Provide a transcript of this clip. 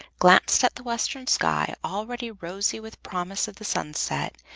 glanced at the western sky, already rosy with promise of the sunset,